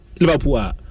Liverpool